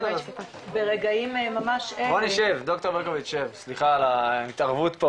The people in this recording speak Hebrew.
בוא נשב ד"ר ברקוביץ, סליחה על ההתערבות.